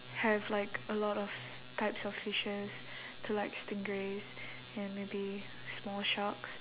have like a lot of types of fishes so like stingrays and maybe small sharks